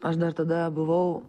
aš dar tada buvau